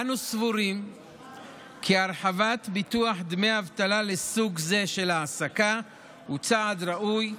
אנו סבורים כי הרחבת ביטוח דמי אבטלה לסוג זה של העסקה הוא צעד ראוי,